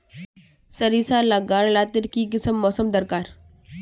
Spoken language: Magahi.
सरिसार ला गार लात्तिर की किसम मौसम दरकार?